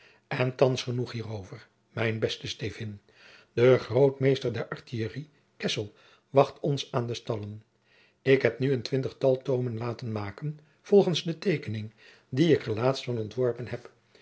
en thands genoeg hierover mijn beste stevyn de grootmeester der artillerie kessel wacht ons aan de stallen ik heb nu een twintigtal toomen laten maken volgens de teekening die ik er laatst van ontworpen heb